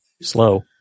slow